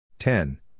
Ten